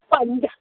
पञ्च